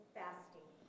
fasting